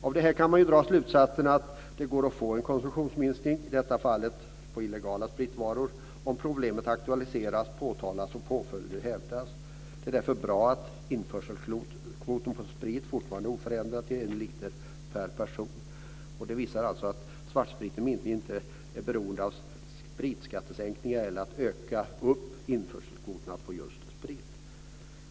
Av detta kan man dra slutsatsen att det går att få en konsumtionsminskning, i detta fall på illegala spritvaror, om problemet aktualiseras och påtalas, och påföljder hävdas. Det är därför bra att införselkvoten på sprit fortfarande är oförändrat en liter per person. Det visar att svartspritens minskning inte är beroende av spritskattesänkningar eller en ökning av införselkvoterna på just sprit.